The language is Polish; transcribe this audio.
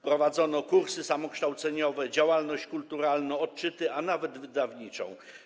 Prowadzono kursy samokształceniowe, działalność kulturalną, odczyty, a nawet wydawniczą.